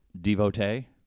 devotee